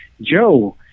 Joe